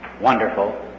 wonderful